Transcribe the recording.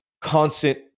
constant